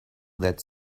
that